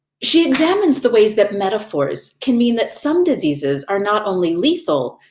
she examines the ways that metaphors can mean that some diseases are not only lethal,